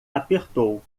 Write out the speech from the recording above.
apertou